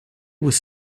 was